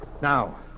Now